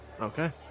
okay